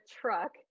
truck